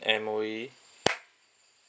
M_O_E